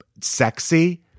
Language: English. sexy